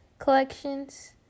collections